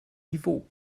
niveau